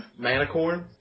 Manicorn